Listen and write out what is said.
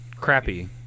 crappy